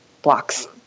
blocks